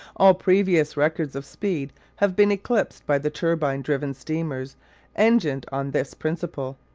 all previous records of speed have been eclipsed by the turbine-driven steamers engined on this principle.